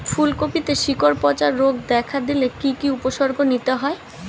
ফুলকপিতে শিকড় পচা রোগ দেখা দিলে কি কি উপসর্গ নিতে হয়?